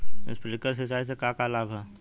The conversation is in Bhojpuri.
स्प्रिंकलर सिंचाई से का का लाभ ह?